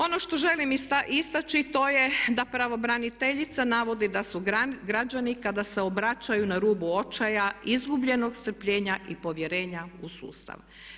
Ono što želim istaći to je da pravobraniteljica navodi da su građani kada se obraćaju na rubu očaja, izgubljenog strpljenja i povjerenja u sustav.